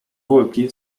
wólki